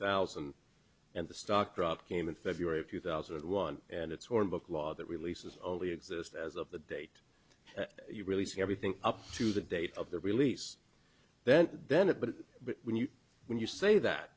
thousand and the stock dropped came in february of two thousand and one and it's or book law that releases only exist as of the date you really see everything up to the date of the release then then it but when you when you say that